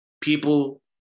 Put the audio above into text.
people